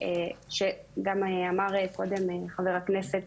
שגם אמר קודם חבר הכנסת,